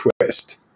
twist